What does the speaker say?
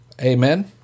Amen